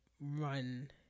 Run